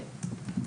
כן.